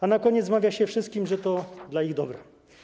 A na koniec wmawia się wszystkim, że to dla ich dobra.